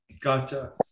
Gotcha